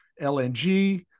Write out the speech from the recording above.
LNG